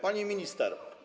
Pani Minister!